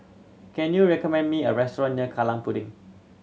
can you recommend me a restaurant near Kallang Pudding